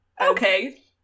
Okay